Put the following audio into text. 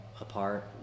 apart